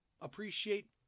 appreciate